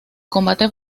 combate